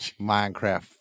Minecraft